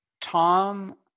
Tom